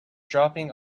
dropping